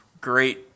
great